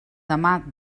demà